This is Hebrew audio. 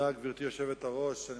גברתי היושבת-ראש, תודה.